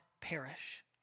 perish